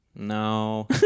No